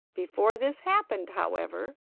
before this happened, however,